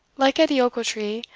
like edie ochiltree,